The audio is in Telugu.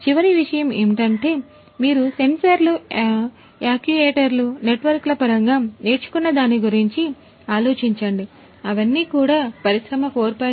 చివరి విషయం ఏమిటంటే మీరు సెన్సార్లు యాక్యుయేటర్లు నెట్వర్క్ల పరంగా నేర్చుకున్నదాని గురించి ఆలోచించండిఅవన్నీ కూడా పరిశ్రమ 4